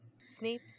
Snape